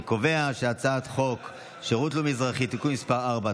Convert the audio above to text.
אני קובע שהצעת חוק שירות לאומי-אזרחי (תיקון מס' 4),